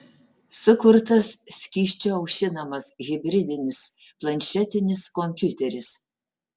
sukurtas skysčiu aušinamas hibridinis planšetinis kompiuteris